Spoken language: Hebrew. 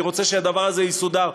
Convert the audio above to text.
אני רוצה שהדבר הזה יסודר,